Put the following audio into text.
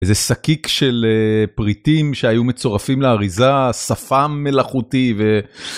איזה שקיק של פריטים שהיו מצורפים לאריזה, שפם מלאכותי ו...